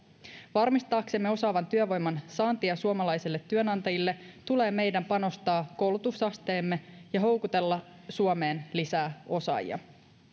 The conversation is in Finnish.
varmistaaksemme osaavan työvoiman saannin suomalaisille työnantajille tulee meidän panostaa koulutusasteeseemme ja houkutella suomeen lisää osaajia